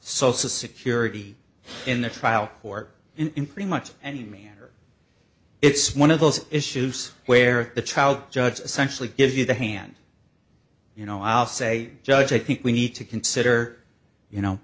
social security in the trial court in pretty much any manner it's one of those issues where the child judge essentially gives you the hand you know i'll say judge i think we need to consider you know